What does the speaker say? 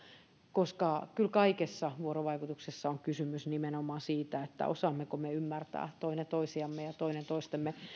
koska kyllä kaikessa vuorovaikutuksessa on kysymys nimenomaan siitä osaammeko me ymmärtää toinen toisiamme ja toistemme